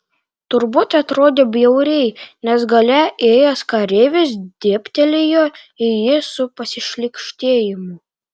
turbūt atrodė bjauriai nes gale ėjęs kareivis dėbtelėjo į jį su pasišlykštėjimu